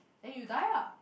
then you die lah